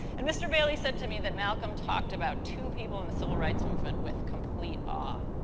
and, mr. bailey said to me that malcolm talked about two people in the civil rights movement with complete awe.